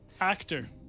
Actor